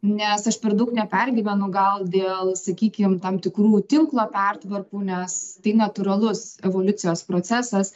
nes aš per daug nepergyvenu gal dėl sakykim tam tikrų tinklo pertvarkų nes tai natūralus evoliucijos procesas